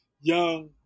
young